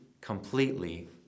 completely